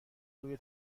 روی